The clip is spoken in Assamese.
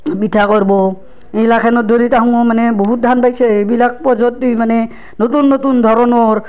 পিঠা কৰবো এইগ্লা খানোৰ ধৰি তাহুন মানে বহুত ধান পাইছে এইবিলাক পদ্ধতি মানে নতুন নতুন ধৰণৰ